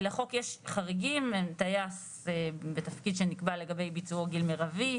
לחוק יש חריגים והם: טייס בתפקיד שנקבע לגבי ביצועו גיל מירבי,